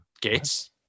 gates